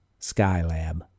Skylab